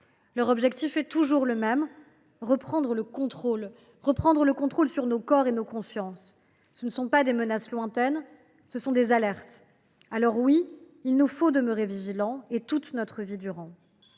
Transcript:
Leur objectif est toujours le même : reprendre le contrôle des corps et des consciences. Ce sont non pas des menaces lointaines, mais des alertes. Alors oui, il nous faut demeurer vigilants. Et toute notre vie durant.